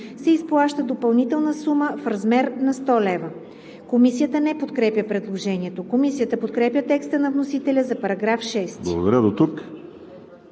се изплаща допълнителна сума в размер на 100 лв.“ Комисията не подкрепя предложението. Комисията подкрепя текста на вносителя за § 6. ПРЕДСЕДАТЕЛ